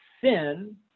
sin